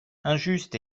injuste